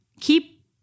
keep